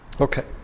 Okay